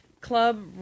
club